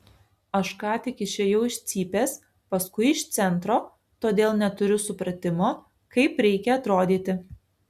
aš ką tik išėjau iš cypės paskui iš centro todėl neturiu supratimo kaip reikia atrodyti